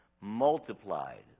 multiplied